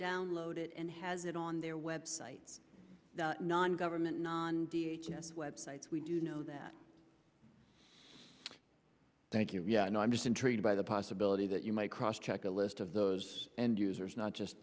download it and has it on their web site non government non yes web sites we do know that thank you no i'm just intrigued by the possibility that you might cross check a list of those end users not just